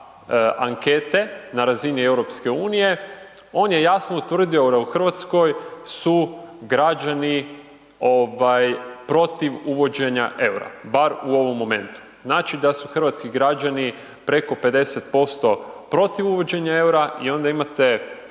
ankete na razini EU-a, on je jasno utvrdio da u Hrvatskoj su građani protiv uvođenja eura, bar u ovom momentu. Znači da su hrvatski građani preko 50% protiv uvođenja eura i onda imate